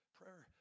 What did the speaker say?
prayer